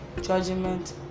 judgment